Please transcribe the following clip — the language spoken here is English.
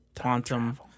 quantum